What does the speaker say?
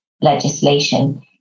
legislation